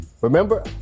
Remember